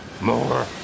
more